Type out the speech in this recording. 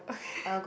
okay